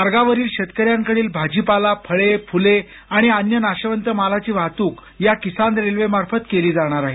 मार्गावरील शेतकऱ्यांकडील भाजीपाला फळे फुले आणि अन्य नाशवंत मालाची वाहतूक या किसान रेल्वेमार्फत केली जाणार आहे